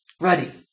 Ready